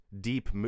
deep